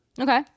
Okay